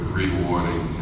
rewarding